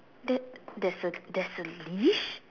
there there's a there's a leash